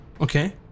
Okay